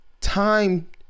Time